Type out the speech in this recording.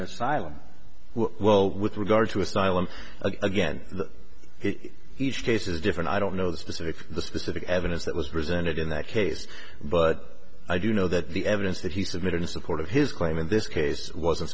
asylum well with regard to asylum again each case is different i don't know the specifics of the specific evidence that was presented in that case but i do know that the evidence that he submitted in support of his claim in this case was